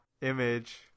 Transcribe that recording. image